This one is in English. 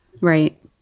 Right